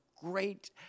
great